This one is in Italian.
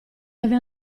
deve